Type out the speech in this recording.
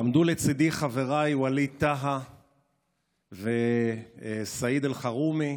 עמדו לצידי חבריי ווליד טאהא וסעיד אלחרומי,